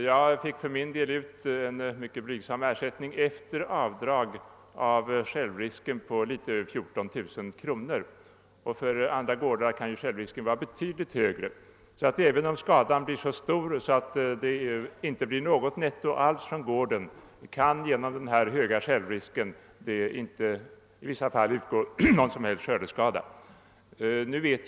Efter avdrag av självrisken på något över 14 000 kronor fick jag själv ut en mycket blygsam ersättning. För andra gårdar kan självrisken vara betydligt högre. Även om skadan blir så stor att det inte blir något netto alls för gården, kan genom denna höga självrisk i vissa fall inte någon som helst skördeskada utgå.